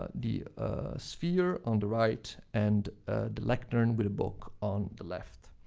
ah the sphere on the right and the lectern with a book on the left.